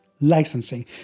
licensing